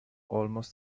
almost